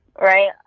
right